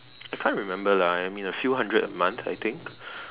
I can't remember lah I mean a few hundred a month I think